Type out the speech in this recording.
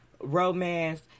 romance